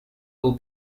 will